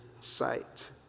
sight